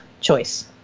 choice